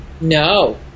No